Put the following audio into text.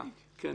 בבקשה.